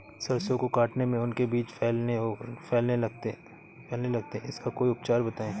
सरसो को काटने में उनके बीज फैलने लगते हैं इसका कोई उपचार बताएं?